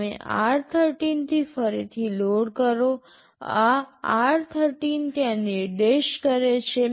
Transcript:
તમે r13 થી ફરીથી લોડ કરો આ r13 ત્યાં નિર્દેશ કરે છે